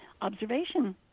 observation